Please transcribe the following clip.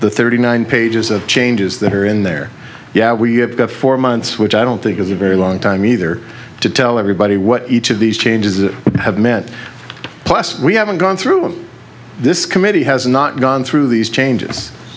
the thirty nine pages of changes that are in there yeah we have got four months which i don't think is a very long time either to tell everybody what each of these changes that have meant plus we haven't gone through this committee has not gone through these changes